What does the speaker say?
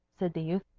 said the youth.